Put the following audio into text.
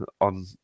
on